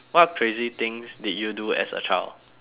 what crazy things did you do as a child